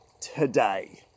today